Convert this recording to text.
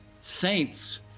saints